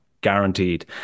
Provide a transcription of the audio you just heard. guaranteed